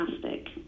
plastic